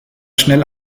schnell